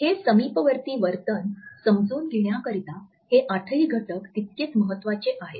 हे समीपवर्ती वर्तन समजून घेण्याकरिता हे आठही घटक तितकेच महत्वाचे आहेत